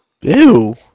Ew